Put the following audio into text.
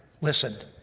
listened